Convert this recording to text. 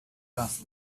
das